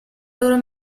loro